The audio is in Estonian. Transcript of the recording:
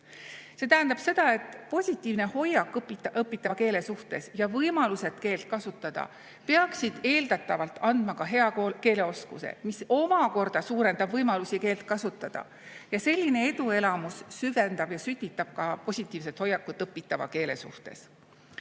See tähendab seda, et positiivne hoiak õpitava keele suhtes ja võimalused keelt kasutada peaksid eeldatavalt andma ka hea keeleoskuse, mis omakorda suurendab võimalusi keelt kasutada. Ja selline eduelamus süvendab ja sütitab ka positiivset hoiakut õpitava keele suhtes.